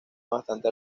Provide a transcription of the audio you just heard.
bastante